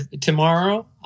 tomorrow –